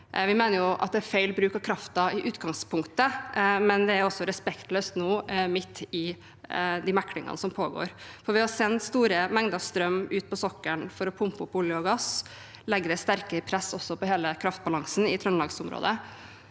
Vi mener det er feil bruk av kraften i utgangspunktet, men det er også respektløst nå, midt i de meklingene som pågår. Å sende store mengder strøm ut på sokkelen for å pumpe opp olje og gass legger også sterkere press på hele kraftbalansen i trøndelagsområdet.